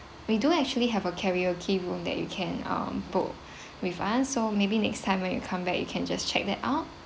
we do actually have a karaoke room that you can um book with us so maybe next time when you come back you can just check that out